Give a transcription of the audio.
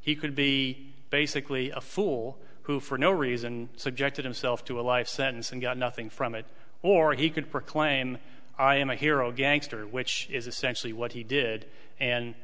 he could be basically a fool who for no reason subjected himself to a life sentence and got nothing from it or he could proclaim i am a hero gangster which is essentially what he did and